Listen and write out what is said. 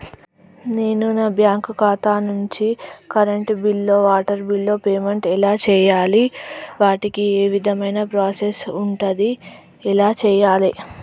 నేను నా బ్యాంకు ఖాతా నుంచి కరెంట్ బిల్లో వాటర్ బిల్లో పేమెంట్ ఎలా చేయాలి? వాటికి ఏ విధమైన ప్రాసెస్ ఉంటది? ఎలా చేయాలే?